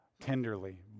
tenderly